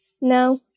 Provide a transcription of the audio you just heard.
No